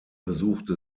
besuchte